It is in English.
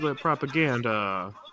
propaganda